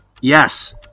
Yes